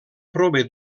prové